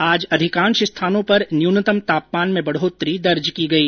आज अधिकांश स्थानों पर न्यूनतम तापमान में बढ़ोतरी दर्ज की गई